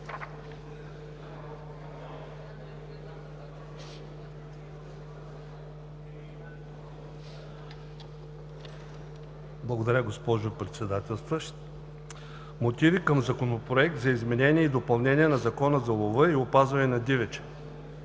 Благодаря, госпожо Председател. „Мотиви към Законопроекта за изменение и допълнение на Закона за лова и опазване на дивеча